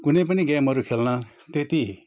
कुनै पनि गेमहरू खेल्न त्यति